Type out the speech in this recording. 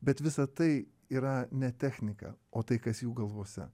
bet visa tai yra ne technika o tai kas jų galvose